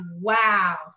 Wow